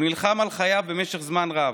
הוא נלחם על חייו במשך זמן רב,